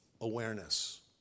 awareness